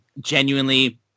Genuinely